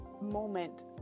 moment